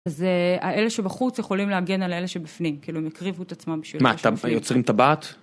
אז האלה שבחוץ יכולים להגן על האלה שבפנים, כאילו הם הקריבו את עצמם בשביל... מה, יוצרים טבעת?